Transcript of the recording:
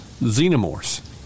xenomorphs